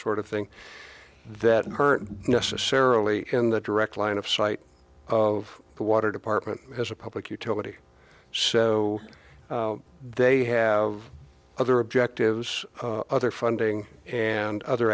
sort of thing that her necessarily in the direct line of sight of the water department as a public utility so they have other objectives other funding and other